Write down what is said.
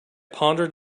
pondered